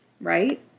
Right